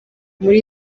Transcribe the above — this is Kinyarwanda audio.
muri